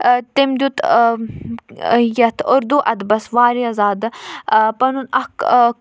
تٔمۍ دیُت یَتھ اُردو اَدبَس واریاہ زیادٕ پَنُن اَکھ